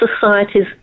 society's